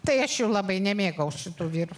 tai aš jų labai nemėgau šitų vyrų